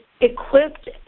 equipped